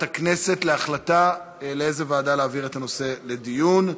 הכנסת להחלטה לאיזו ועדה להעביר את הנושא לדיון.